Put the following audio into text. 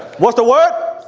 what's the word?